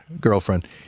girlfriend